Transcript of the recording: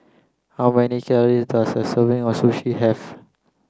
how many calories does a serving of Sushi have